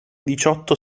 diciotto